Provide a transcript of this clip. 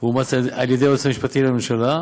ואומץ על ידי היועץ המשפטי לממשלה,